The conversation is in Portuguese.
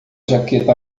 jaqueta